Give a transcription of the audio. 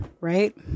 Right